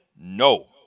no